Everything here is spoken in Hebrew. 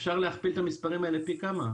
אפשר להכפיל את המספרים האלה פי כמה.